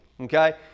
Okay